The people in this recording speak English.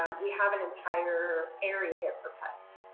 um we have an entire area here for pets.